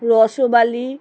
Rasabali